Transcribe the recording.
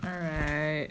alright